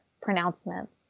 pronouncements